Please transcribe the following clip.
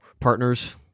partners